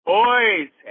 Boys